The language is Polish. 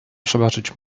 przebaczyć